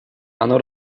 оно